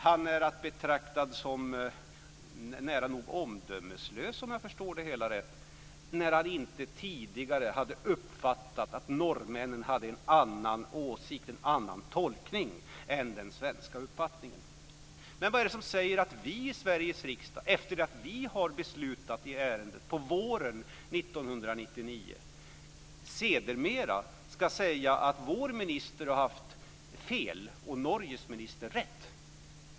Han är att betrakta som nära nog omdömeslös, om jag förstår det hela rätt, när han inte tidigare hade uppfattat att norrmännen hade en annan åsikt och gjorde en annan tolkning än den svenska uppfattningen. Men vad är det som säger att vi i Sveriges riksdag, efter att vi har beslutat i ärendet på våren 1999, sedermera ska säga att vår minister har haft fel och Norges minister rätt.